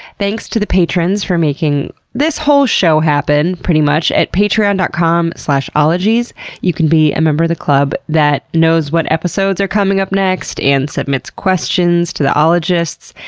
thanks to the patrons for making this whole show happen, pretty much. at patreon dot com slash ologies you can be a member of the club that knows what episodes are coming up next, and submits questions to the ologists,